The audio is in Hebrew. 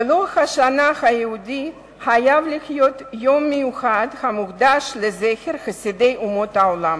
בלוח השנה היהודי חייב להיות יום מיוחד המוקדש לזכר חסידי אומות העולם.